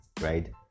right